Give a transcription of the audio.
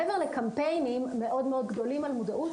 מעבר לקמפיינים מאוד מאוד גדולים על מודעות,